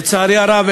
לצערי הרב,